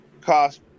cost